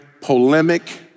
polemic